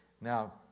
Now